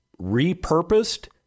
repurposed